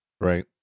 right